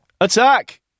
Attack